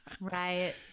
Right